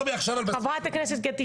חברת הכנסת קטי שטרית.